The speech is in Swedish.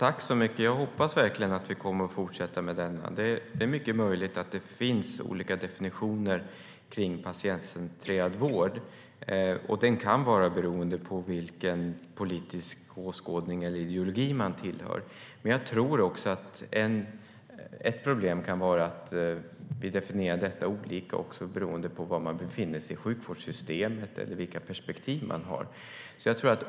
Fru talman! Jag hoppas verkligen att vi kommer att fortsätta debatten. Det är mycket möjligt att det finns olika definitioner av patientcentrerad vård. Definitionerna kan vara beroende av politisk åskådning eller ideologi. Ett problem kan vara att de olika definitionerna kan bero på var man befinner sig i sjukvårdssystemet eller vilka perspektiv man har.